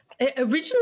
originally